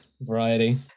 variety